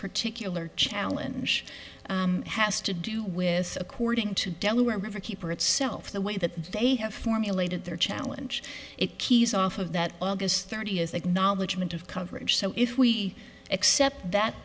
particular challenge has to do with according to the delaware river keeper itself the way that they have formulated their challenge it keys off of that august thirty is that knowledge amount of coverage so if we accept that